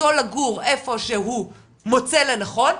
זכותו לגור איפה שהוא מוצא לנכון,